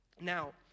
Now